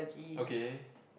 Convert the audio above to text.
okay